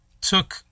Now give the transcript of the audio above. took